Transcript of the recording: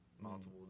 Multiple